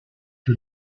que